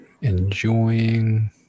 enjoying